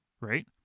Right